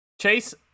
Chase